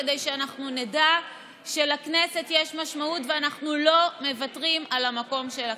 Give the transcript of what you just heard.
כדי שנדע שלכנסת יש משמעות ואנחנו לא מוותרים על המקום של הכנסת.